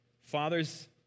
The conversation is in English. Fathers